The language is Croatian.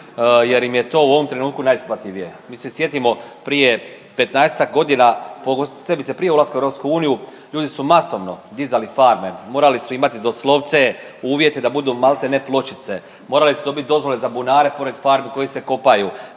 jer im je to u ovom trenutku najisplativije. Mi se sjetimo, prije 15-ak godina posebice prije ulaska u EU ljudi su masovno dizali farme, morali su imati doslovce uvjete da budu malte ne pločice, morali su dobiti dozvole za bunare pored farmi koji se kopaju,